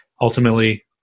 ultimately